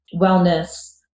wellness